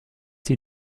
die